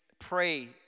pray